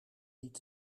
niet